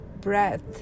breath